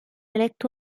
eletto